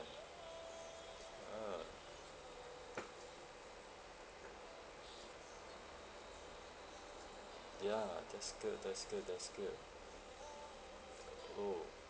a'ah ya that's good that's good that's good oh